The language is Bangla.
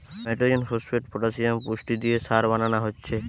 নাইট্রজেন, ফোস্টফেট, পটাসিয়াম পুষ্টি দিয়ে সার বানানা হচ্ছে